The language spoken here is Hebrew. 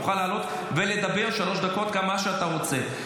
תוכל לעלות ולדבר שלוש דקות על מה שאתה רוצה.